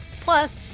Plus